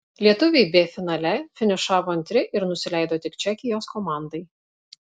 lietuviai b finale finišavo antri ir nusileido tik čekijos komandai